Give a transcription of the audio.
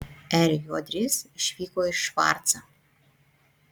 r juodris išvyko į švarcą